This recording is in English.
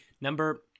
Number